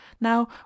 now